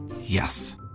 Yes